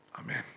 Amen